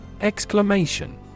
Exclamation